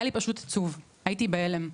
היה לי פשוט עצוב, הייתי בהלם.